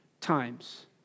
times